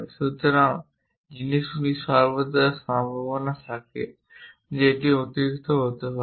সুতরাং জিনিসগুলি সর্বদা সম্ভাবনা থাকে যে এটি অতিরিক্ত হতে পারে